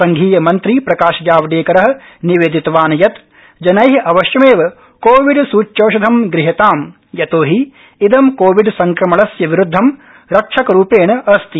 संघीय मन्त्री प्रकाश जावडेकर निवेदितवान् यत् जनै अवश्यमेव कोविड सूच्यौषधम् गृह्यताम् यतो हि इदम् कोविड संक्रमणस्य विरुद्धं रक्षकरूपेण अस्ति